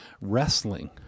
wrestling